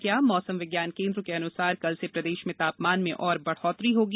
भोपाल स्थिति मौसम विज्ञान केन्द्र के अन्सार कल से प्रदेश में तापमान में और बढोत्तरी होगी